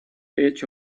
edge